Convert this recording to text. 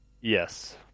Yes